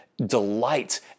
delight